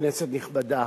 כנסת נכבדה,